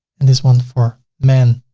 and this one for men.